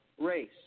race